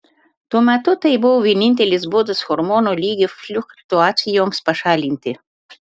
tuo metu tai buvo vienintelis būdas hormonų lygio fliuktuacijoms pašalinti